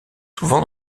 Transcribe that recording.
souvent